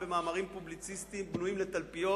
במאמרים פובליציסטיים בנויים לתלפיות,